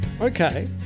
Okay